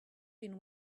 been